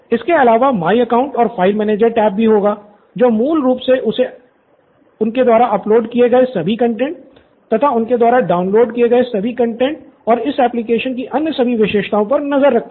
इसके अलावा my account और फ़ाइल मैनेजर टैब भी होगा जो मूल रूप से उनके द्वारा अपलोड किए गए सभी कंटैंट तथा उनके द्वारा डाउनलोड किए गए सभी कंटैंट और इस एप्लिकेशन की अन्य सभी विशेषताओं पर नज़र रखेगा